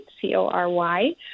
C-O-R-Y